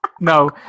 No